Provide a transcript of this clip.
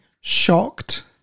shocked